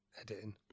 editing